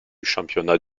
championnat